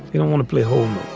you don't want to play home.